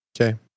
Okay